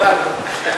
השר